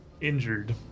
injured